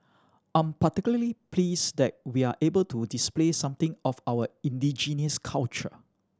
I'm particularly pleased that we're able to display something of our indigenous culture